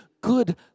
good